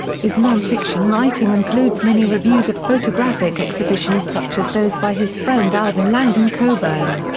his non-fiction writing includes many reviews of photographic exhibitions such as those by his friend alvin langdon coburn.